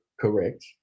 Correct